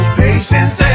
patience